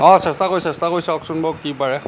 অঁ চেষ্টা কৰি চেষ্টা কৰি চাওকচোন বাৰু কি পাৰে